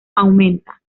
aumenta